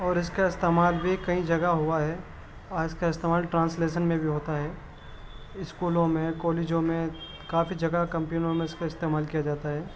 اور اس کا استعمال بھی کئی جگہ ہوا ہے آج اس کا استعمال ٹرانسلیشن میں بھی ہوتا ہے اسکولوں میں کالجوں میں کافی جگہ کمپینوں میں اس کا استعمال کیا جاتا ہے